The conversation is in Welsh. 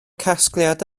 casgliad